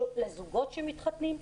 לזוגות המתחתנים,